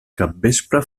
capvespre